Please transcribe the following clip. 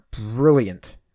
brilliant